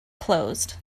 closed